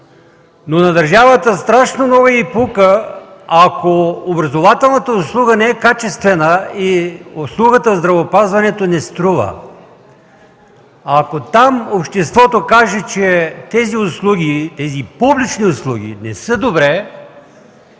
Но на държавата страшно много й пука, ако образователната услуга не е качествена и ако услугата в здравеопазването не струва. Ако там обществото каже, че тези услуги – тези публични услуги, не са добре,